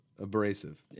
Abrasive